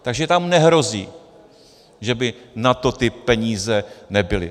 Takže tam nehrozí, že by na to ty peníze nebyly.